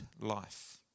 life